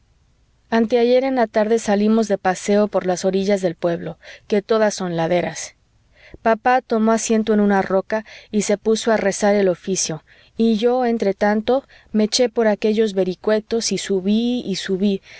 mí anteayer en la tarde salimos de paseo por las orillas del pueblo que todas son laderas papá tomó asiento en una roca y se puso a rezar el oficio y yo entretanto me eché por aquellos vericuetos y subí y subí